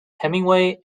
hemingway